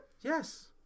Yes